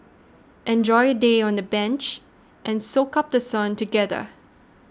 enjoy a day on the beach and soak up The Sun together